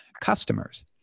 customers